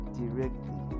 directly